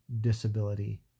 disability